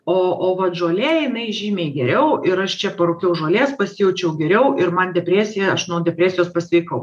o o vat žolė jinai žymiai geriau ir aš čia parūkiau žolės pasijaučiau geriau ir man depresija aš nuo depresijos pasveikau